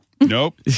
Nope